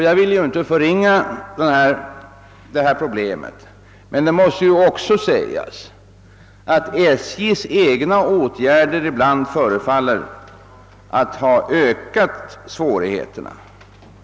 Jag vill inte förringa detta problem, men det måste ändå sägas att SJ:s egna åtgärder ibland förefaller att öka svårigheterna.